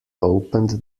opened